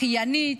אחיינית?